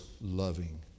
loving